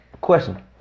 question